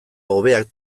hobeak